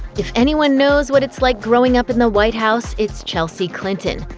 if anyone knows what it's like growing up in the white house, it's chelsea clinton.